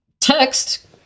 text